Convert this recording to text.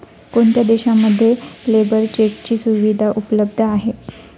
कोणत्या देशांमध्ये लेबर चेकची सुविधा उपलब्ध आहे?